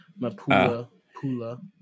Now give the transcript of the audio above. Mapula